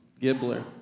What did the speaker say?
Gibbler